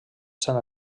s’han